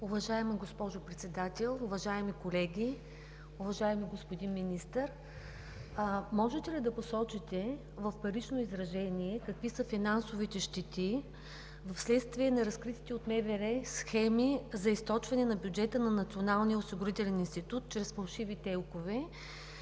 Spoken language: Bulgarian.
Уважаема госпожо Председател, уважаеми колеги! Уважаеми господин Министър, можете ли да посочите в парично изражение какви са финансовите щети вследствие на разкритите от МВР схеми за източване на бюджета на Националния осигурителен институт чрез фалшиви ТЕЛК-ове?